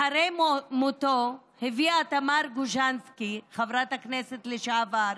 אחרי מותו הביאה תמר גוז'נסקי, חברת הכנסת לשעבר,